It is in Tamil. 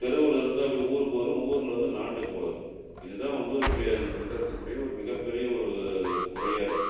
தெருவில் இருந்து அப்படியே ஊருக்கு வரும் ஊரில் வந்து நாட்டுக்கு வளரும் இது தான் வந்து ஒரு பெ நம்மக்கிட்டே இருக்கக்கூடிய ஒரு மிகப்பெரிய ஒரு குறையாக இருக்குது